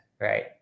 Right